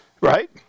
right